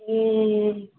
ए